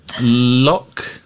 Lock